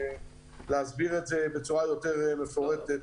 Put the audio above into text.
אסביר זאת בצורה מפורטת יותר.